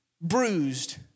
bruised